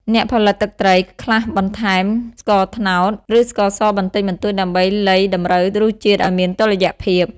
អ្នកផលិតទឹកត្រី ខ្លះបន្ថែម ស្ករត្នោត ឬស្ករសបន្តិចបន្តួចដើម្បីលៃតម្រូវរសជាតិឱ្យមានតុល្យភាព។